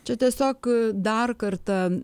čia tiesiog dar kartą